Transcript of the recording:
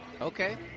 Okay